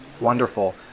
wonderful